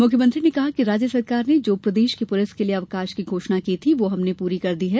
मुख्यमंत्री ने कहा कि राज्य सरकार ने जो प्रदेश की पुलिस के लिए अवकाश की घोषणा की थी वह हमने पूरा कर दिया है